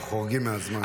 אנחנו חורגים מהזמן.